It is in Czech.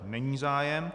Není zájem.